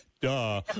Duh